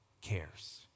cares